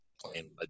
playing